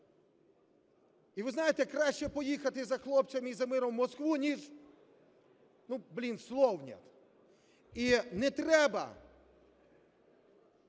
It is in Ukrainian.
І ви знаєте, краще поїхати за хлопцями і за миром в Москву, ніж… Ну, блін, слов нет! І не треба,